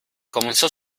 comenzó